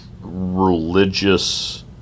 religious